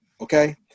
okay